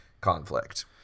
conflict